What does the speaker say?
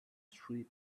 three